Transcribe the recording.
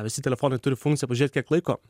visi telefonai turi funkciją pažiūrėt kiek laiko